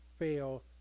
fail